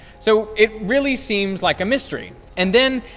so it really seems like a mystery. and then,